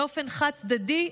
באופן חד-צדדי,